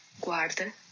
Guarda